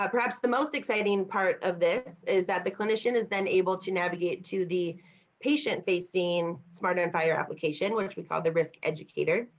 ah perhaps the most exciting part of this is that the clinician is then able to navigate to the patient facing smarter and fire application, which we call the risk educator